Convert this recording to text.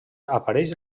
apareix